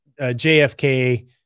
JFK